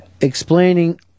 explaining